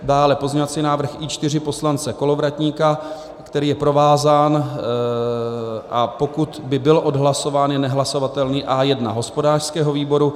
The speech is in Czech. Dále pozměňovací návrh I4 poslance Kolovratníka, který je provázán, a pokud by byl odhlasován, je nehlasovatelný A1 hospodářského výboru.